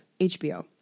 HBO